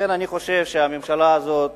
לכן אני חושב שהממשלה הזאת